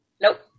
Nope